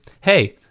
hey